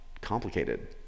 complicated